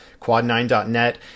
Quad9.net